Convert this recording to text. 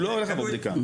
הוא לא הולך לעבור בדיקה.